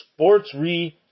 sportsre